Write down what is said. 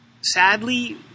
sadly